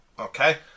Okay